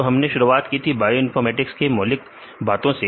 तो हमने शुरुआत की थी बायोइनफॉर्मेटिक्स के मौलिक बातों से